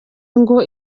ngo